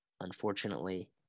unfortunately